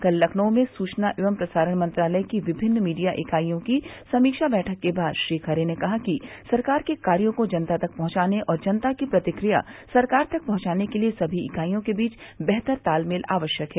कल लखनऊ में सुचना एवं प्रसारण मंत्रालय की विभिन्न मीडिया इकाईयों की समीक्षा बैठक के बाद श्री खरे ने कहा कि सरकार के कार्यो को जनता तक पहुंचाने और जनता की प्रतिक्रिया सरकार तक पहुंचाने के लिये सभी इकाईयों के बीच बेहतर तालमेल आवश्यक है